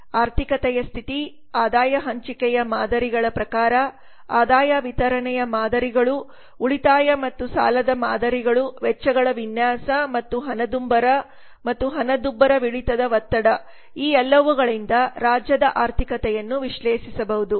ಆರ್ಥಿಕತೆಯ ಸ್ಥಿತಿ ಆದಾಯ ಹಂಚಿಕೆಯ ಮಾದರಿಗಳ ಪ್ರಕಾರ ಆದಾಯ ವಿತರಣೆಯ ಮಾದರಿಗಳು ಉಳಿತಾಯ ಮತ್ತು ಸಾಲದ ಮಾದರಿಗಳು ವೆಚ್ಚಗಳ ವಿನ್ಯಾಸ ಮತ್ತು ಹಣದುಬ್ಬರ ಮತ್ತು ಹಣದುಬ್ಬರವಿಳಿತದ ಒತ್ತಡ ಈ ಎಲ್ಲವುಗಳಿಂದ ರಾಜ್ಯದ ಆರ್ಥಿಕತೆಯನ್ನು ವಿಶ್ಲೇಷಿಸಬಹುದು